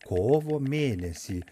kovo mėnesį